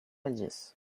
edges